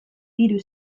hiru